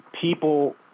people